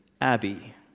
Abby